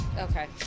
Okay